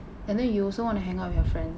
and then you also want to hang out with your friends